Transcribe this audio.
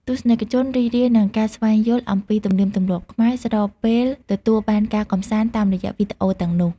ទស្សនិកជនរីករាយនឹងការស្វែងយល់អំពីទំនៀមទម្លាប់ខ្មែរ ស្របពេលទទួលបានការកម្សាន្តតាមរយៈវីដេអូទាំងនោះ។